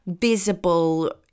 visible